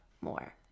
more